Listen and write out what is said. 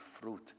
fruit